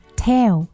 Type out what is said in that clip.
tail